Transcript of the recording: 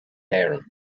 héireann